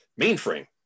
mainframe